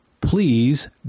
please